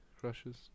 crushes